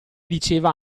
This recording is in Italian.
diceva